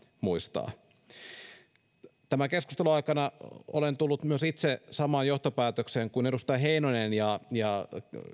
muistaa tämän keskustelun aikana olen tullut myös itse samaan johtopäätökseen kuin edustaja heinonen ja ja